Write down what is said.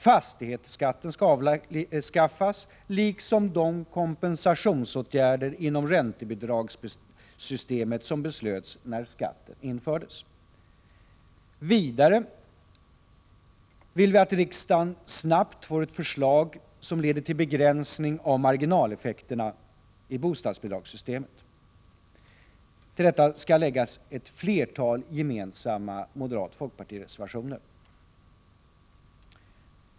Fastighetsskatten skall avskaffas, liksom de kompensationsåtgärder inom räntebidragssystemet som beslöts när skatten infördes. Vidare vill vi att riksdagen snabbt får ett förslag som leder till begränsning av marginaleffekterna i bostadsbidragssystemet. Till detta skall läggas ett flertal gemensamma reservationer från moderaterna och folkpartiet. Herr talman!